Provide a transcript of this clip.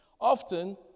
Often